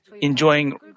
enjoying